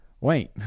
Wait